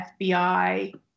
FBI